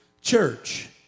church